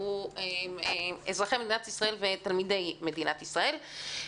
שהוא אזרחי מדינת ישראל ותלמידי מדינת ישראל.